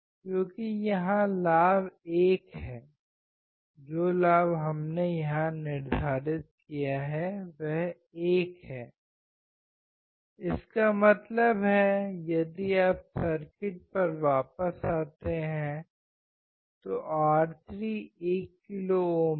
क्योंकि यहां लाभ 1 है जो लाभ हमने यहां निर्धारित किया है वह 1 है इसका मतलब है यदि आप सर्किट पर वापस आते हैं तो R3 1 किलो ओम है